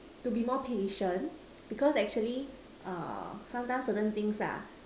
to be more patient because actually err sometimes certain things ah